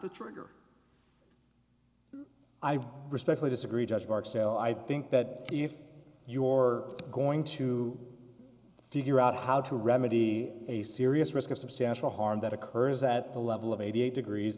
the trigger i'd respectfully disagree just barksdale i think that if your going to figure out how to remedy a serious risk of substantial harm that occurs at the level of eighty eight degrees